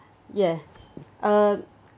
ya uh